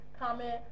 comment